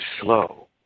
slow